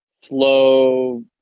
slow